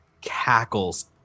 cackles